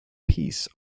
peace